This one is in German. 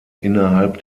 innerhalb